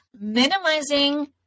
minimizing